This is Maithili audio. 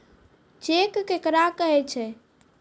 चेक केकरा कहै छै?